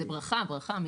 זה ברכה, ברכה.